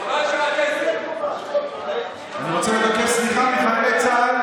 תגובה, אני רוצה לבקש סליחה מחיילי צה"ל.